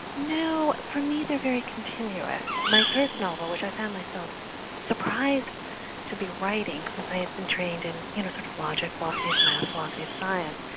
no, for me they're very continuous. my first novel, which i found myself surprised to be writing, since i had been trained in you know sort of logic philosophy, ah maths philosophy, science,